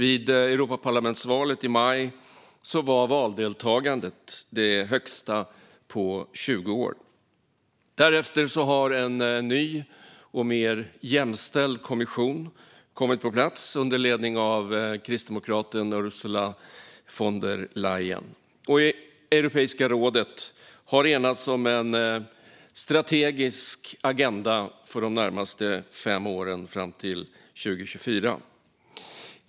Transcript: I Europaparlamentsvalet i maj var valdeltagandet det högsta på 20 år. Därefter har en ny och mer jämställd kommission kommit på plats under ledning av kristdemokraten Ursula von der Leyen. Och Europeiska rådet har enats om en strategisk agenda för de närmaste fem åren, fram till 2024.